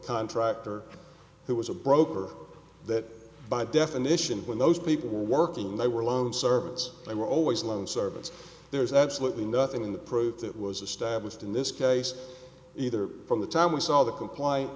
contractor who was a broker that by definition when those people were working they were alone servants they were always alone servants there's absolutely nothing in the proof that was established in this case either from the time we saw the compliant